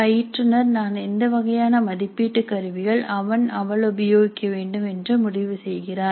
பயிற்றுனர் நான் எந்த வகையான மதிப்பீட்டுக் கருவிகள் அவன் அவள் உபயோகிக்க வேண்டும் என்று முடிவு செய்கிறார்